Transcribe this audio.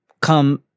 come